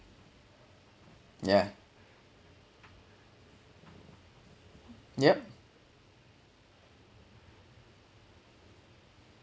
yeah yup